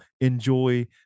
enjoy